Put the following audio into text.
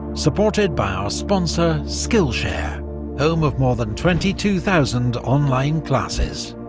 supported by our sponsor skillshare home of more than twenty two thousand online classes.